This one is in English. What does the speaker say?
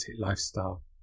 lifestyle